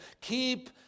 Keep